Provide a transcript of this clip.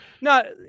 No